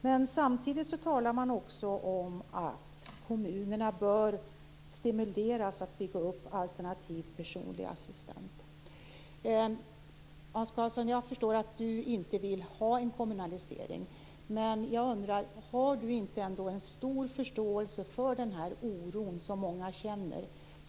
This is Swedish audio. Men samtidigt sägs i propositionen att kommunerna bör stimuleras att bygga upp alternativ till personlig assistans. Jag förstår att Hans Karlsson inte vill ha en kommunalisering, men jag undrar om han ändå inte har en stor förståelse för den oro som många känner?